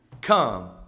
Come